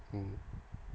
mm